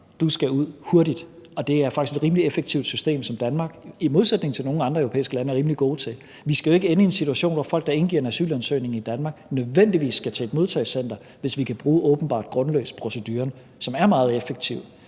du skal ud hurtigt. Og det er faktisk et rimelig effektivt system, som vi i Danmark i modsætning til nogle andre europæiske lande er rimelig gode til. Vi skal jo ikke ende i en situation, hvor folk, der indgiver en asylansøgning i Danmark, nødvendigvis skal til et modtagecenter, hvis vi kan bruge åbenbart grundløs-proceduren, som er meget effektiv.